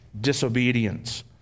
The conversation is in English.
disobedience